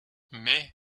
mais